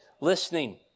listening